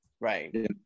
Right